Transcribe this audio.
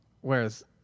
Whereas